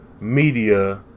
media